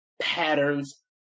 patterns